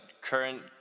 current